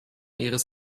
ihres